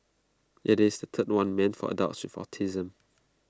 IT is the third one meant for adults with autism